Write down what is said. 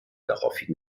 daraufhin